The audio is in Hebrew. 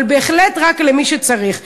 אבל בהחלט רק למי שצריך.